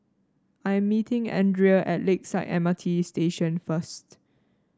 I am meeting Andrea at Lakeside M R T Station first